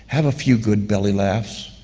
have a few good belly laughs.